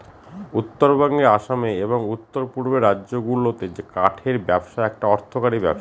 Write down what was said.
উত্তরবঙ্গে আসামে এবং উত্তর পূর্বের রাজ্যগুলাতে কাঠের ব্যবসা একটা অর্থকরী ব্যবসা